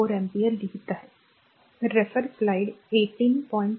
तर हे r 4 ampere आहे